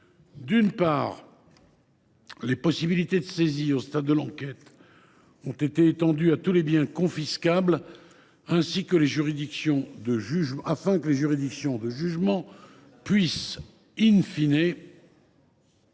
D’une part, les possibilités de saisies, au stade de l’enquête, ont été étendues à tous les biens « confiscables » afin que les juridictions de jugements puissent confisquer